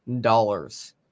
dollars